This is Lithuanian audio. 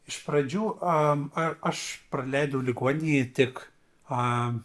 iš pradžių a aš praleidau ligoninėje tik a